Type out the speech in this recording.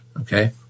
Okay